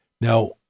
Now